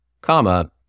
comma